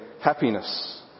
happiness